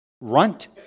runt